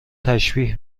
تشبیه